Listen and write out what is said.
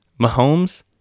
Mahomes